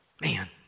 Man